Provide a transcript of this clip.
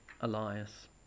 Elias